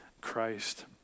Christ